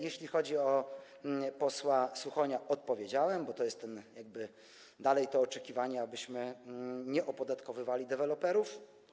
Jeśli chodzi o posła Suchonia, odpowiedziałem, bo to jest dalej to oczekiwanie, abyśmy nie opodatkowywali deweloperów.